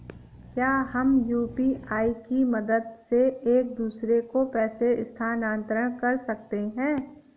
क्या हम यू.पी.आई की मदद से एक दूसरे को पैसे स्थानांतरण कर सकते हैं?